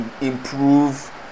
improve